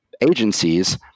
agencies